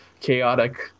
chaotic